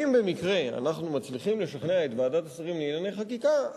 ואם במקרה אנחנו מצליחים לשכנע את ועדת השרים לענייני חקיקה,